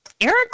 eric